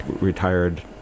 Retired